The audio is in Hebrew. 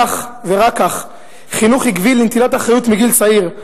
כך ורק כך חינוך עקבי לנטילת אחריות מגיל צעיר,